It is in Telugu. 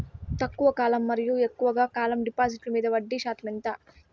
తక్కువ కాలం మరియు ఎక్కువగా కాలం డిపాజిట్లు మీద వడ్డీ శాతం ఎంత?